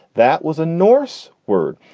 that was a norse word.